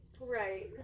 Right